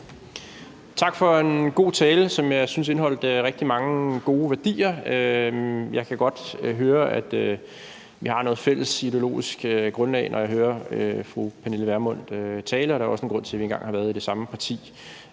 Tak for en god tale, som jeg synes indeholdt rigtig mange gode værdier. Jeg kan godt høre, at vi har noget fælles ideologisk grundlag, når jeg hører fru Pernille Vermund tale, og der er også en grund til, at vi engang har været i det samme parti.